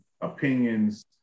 opinions